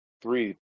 three